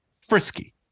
Frisky